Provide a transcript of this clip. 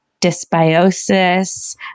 dysbiosis